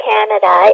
Canada